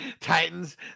titans